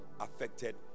affected